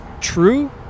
true